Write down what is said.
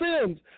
sins